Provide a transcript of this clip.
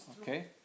okay